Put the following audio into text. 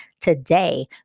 today